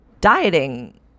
dieting